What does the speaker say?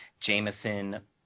Jameson